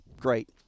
Great